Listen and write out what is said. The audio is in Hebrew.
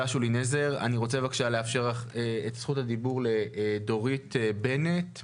אני רוצה לאפשר את זכות הדיבור לדורית בנט,